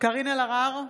קארין אלהרר,